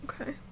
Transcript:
Okay